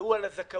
והוא על הזכאויות